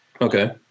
Okay